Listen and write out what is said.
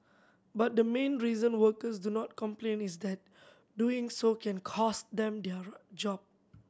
but the main reason workers do not complain is that doing so can cost them their job